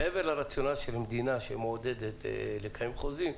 מעבר לרציונל של המדינה לעודד לקיים חוזים,